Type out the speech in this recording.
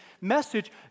message